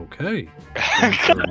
Okay